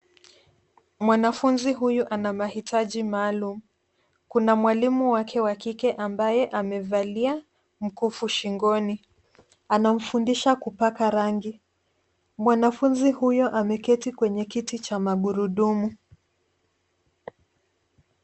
Mwanafunzi huyu ana mahitaji maalum. Kuna mwalimu wake wa kike ambaye amevalia mkufu shingoni. Anamfundisha kupaka rangi. Mwanafunzi huyo ameketi kwenye kiti cha magurudumu.